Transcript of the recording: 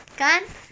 kan